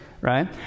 right